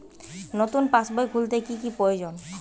নতুন পাশবই খুলতে কি কি প্রয়োজন?